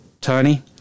Tony